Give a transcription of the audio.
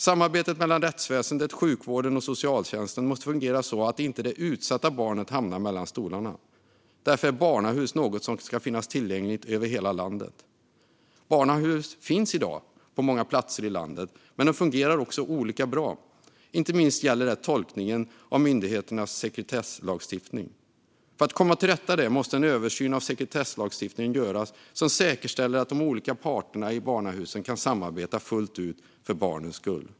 Samarbetet mellan rättsväsendet, sjukvården och socialtjänsten måste fungera så att det utsatta barnet inte hamnar mellan stolarna. Därför är barnahus något som ska vara tillgängligt över hela landet. Barnahus finns i dag på många platser i landet, men de fungerar olika bra. Det gäller inte minst tolkningen av myndigheternas sekretesslagstiftning. För att komma till rätta med detta måste en översyn av sekretesslagstiftningen göras för att säkerställa att de olika parterna i barnahusen kan samarbeta fullt ut för barnens skull.